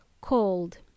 cold